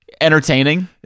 entertaining